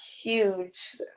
huge